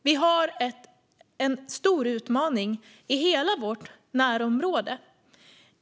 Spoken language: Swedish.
Vi har en stor utmaning i hela vårt närområde.